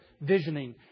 visioning